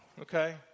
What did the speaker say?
okay